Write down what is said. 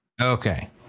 Okay